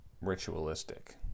ritualistic